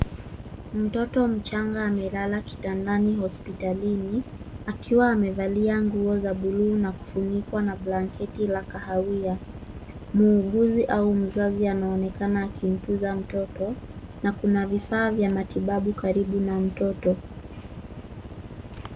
Mtoto mchanga amelala kitandani hospitalini akiwa amelalia nguo za buluu na kufunikwa na blanketi ya kahawia muuguzi au mzazi anaonekana akimtuza mtoto na kuna vifaa vya matibabu karibu na mtoto.